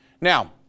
now